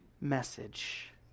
message